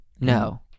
No